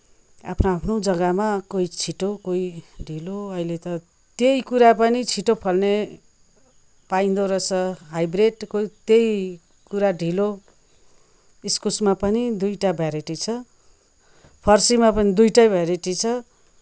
आफ्नो आफ्नो जग्गामा कोही छिटो कोही ढिलो अहिले त त्यही कुरा पनि छिटो फल्ने पाइँदो रहेछ हाइब्रिड कोही त्यही कुरा ढिलो इस्कुसमा पनि दुईवटा भेराइटी छ फर्सीमा पनि दुईवटै भेराइटी छ